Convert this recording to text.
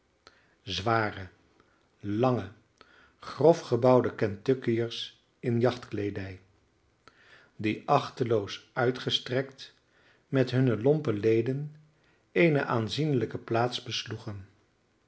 zware lange grof gebouwde kentuckiërs in jachtkleedij die achteloos uitgestrekt met hunne lompe leden eene aanzienlijke